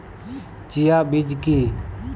Chia বীজ কী?